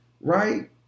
right